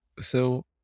So-